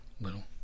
Little